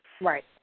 right